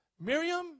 Miriam